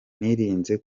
nirinze